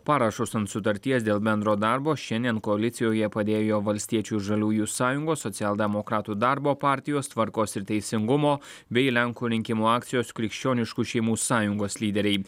parašus ant sutarties dėl bendro darbo šiandien koalicijoje padėjo valstiečių ir žaliųjų sąjungos socialdemokratų darbo partijos tvarkos ir teisingumo bei lenkų rinkimų akcijos krikščioniškų šeimų sąjungos lyderiai